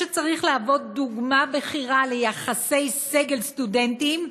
שצריך להוות דוגמה בכירה ליחסי סגל סטודנטים,